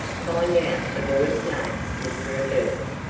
find out the boy's name, mr. abertz,